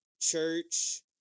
church